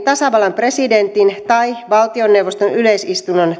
tasavallan presidentin tai valtioneuvoston yleisistunnon